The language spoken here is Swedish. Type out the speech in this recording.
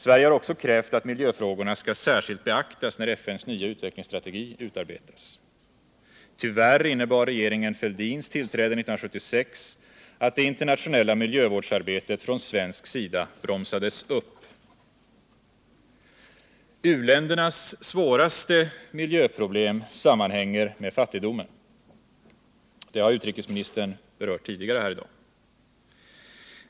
Sverige har också krävt att miljöfrågorna skall särskilt beaktas, när FN:s nya utvecklingsstrategi utarbetas. Tyvärr innebar regeringen Fälldins tillträde 1976 att det internationella miljövårdsarbetet från svensk sida bromsades upp. U-ländernas svåraste miljöproblem sammanhänger med fattigdomen. Det har utrikesministern berört tidigare i dag.